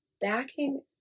backing